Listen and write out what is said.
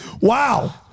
Wow